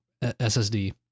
SSD